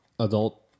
Adult